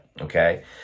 okay